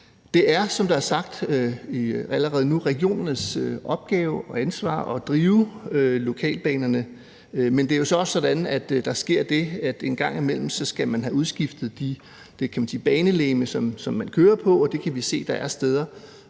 Det er, som det allerede er sagt, regionernes opgave og ansvar at drive lokalbanerne, men det er jo så også sådan, at der sker det, at man en gang imellem skal have udskiftet det banelegeme, som der køres på, og vi kan se, at der er steder